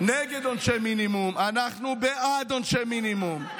נגד עונשי מינימום, אנחנו בעד עונשי מינימום.